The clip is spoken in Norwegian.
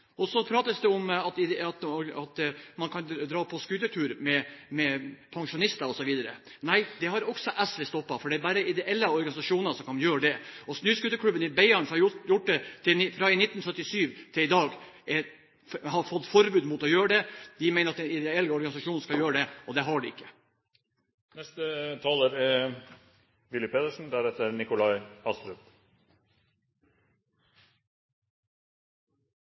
på. Så prates det om at man kan dra på scootertur med pensjonister, osv. Nei, det har også SV stoppet, for det er bare de ideelle organisasjonene som kan gjøre det. Snøscooterklubben i Beiarn, som har gjort det fra 1997 til i dag, har fått forbud mot det. Man mener at en ideell organisasjon skal gjøre det, og det har de ikke. Det er